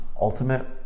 Ultimate